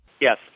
Yes